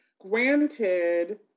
granted